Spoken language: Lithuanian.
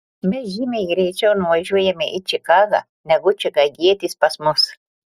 mes žymiai greičiau nuvažiuojame į čikagą negu čikagietis pas mus